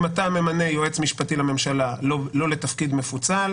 אם אתה ממנה יועץ משפטי לממשלה לא לתפקיד מפוצל,